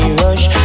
rush